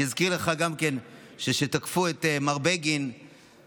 אני אזכיר לך גם שכשתקפו את מר בגין אמרת